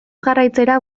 jarraitzera